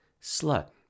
Slut